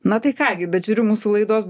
na tai ką gi bet žiūriu mūsų laidos